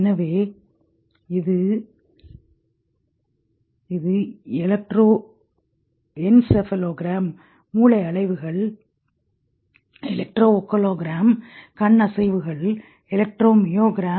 எனவே இது எலெக்ட்ரோஎன்செபலோகிராம் மூளை அலைகள் எலக்ட்ரோகுலோகிராம் கண் அசைவுகள் எலக்ட்ரோமியோகிராம்